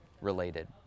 related